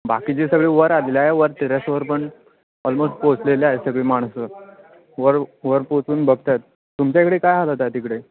बाकीचे सगळे वर आलेलं आहे वर टेरेसवर पण ऑलमोस्ट पोचलेले आहे सगळी माणसं वर वर पोहोचून बघत आहेत तुमच्याकडे काय हालत आहे तिकडे